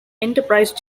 enterprise